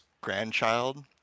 grandchild